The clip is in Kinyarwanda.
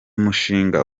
mushinga